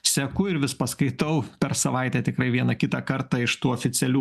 seku ir vis paskaitau per savaitę tikrai vieną kitą kartą iš tų oficialių